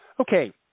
Okay